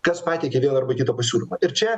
kas pateikė vieną arba kitą pasiūlymą ir čia